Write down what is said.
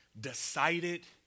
decided